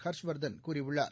ஹர்ஷ்வர்தன் கூறியுள்ளார்